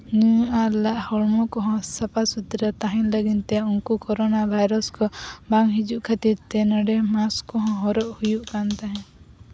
ᱧᱩᱭᱟ ᱫᱟᱜ ᱟᱨ ᱦᱚᱲᱢᱚ ᱠᱚᱦᱚᱸ ᱥᱟᱯᱷᱟ ᱥᱩᱛᱨᱟᱹ ᱛᱟᱦᱮᱱ ᱞᱟᱹᱜᱤᱫ ᱛᱮ ᱩᱱᱠᱩ ᱠᱚᱨᱳᱱᱟ ᱵᱷᱟᱭᱨᱟᱥ ᱠᱚ ᱵᱟᱝ ᱦᱤᱡᱩᱜ ᱠᱷᱟᱹᱛᱤᱨ ᱛᱮ ᱱᱚᱰᱮ ᱢᱟᱠᱥ ᱠᱚᱦᱚᱸ ᱦᱚᱨᱚᱜ ᱦᱩᱭᱩᱜ ᱠᱟᱱ ᱛᱟᱦᱮᱸᱫ